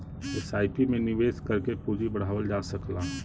SIP में निवेश करके पूंजी बढ़ावल जा सकला